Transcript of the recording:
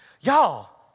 Y'all